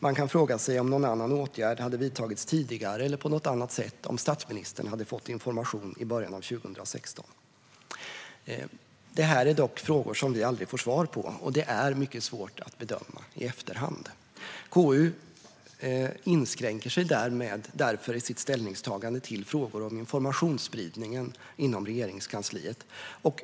Man kan fråga sig om någon annan åtgärd hade vidtagits tidigare eller på annat sätt om statsministern fått veta i början av 2016. Detta är frågor som vi aldrig får svar på, och det är mycket svårt att bedöma i efterhand. KU inskränker sig därför i sitt ställningstagande till frågor om informationsspridningen inom Regeringskansliet.